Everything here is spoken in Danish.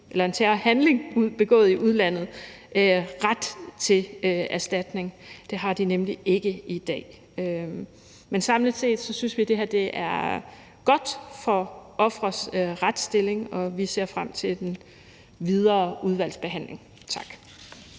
for en terrorhandling begået i udlandet ret til erstatning. Det har de nemlig ikke i dag. Men samlet set synes vi, det her er godt for ofres retsstilling, og vi ser frem til den videre udvalgsbehandling. Tak.